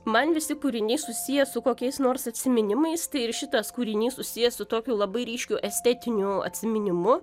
man visi kūriniai susiję su kokiais nors atsiminimais ir šitas kūrinys susijęs su tokiu labai ryškių estetiniu atsiminimu